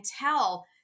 tell